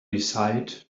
decided